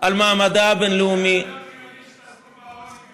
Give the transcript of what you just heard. על מעמדה הבין-לאומי, בעוני בירושלים.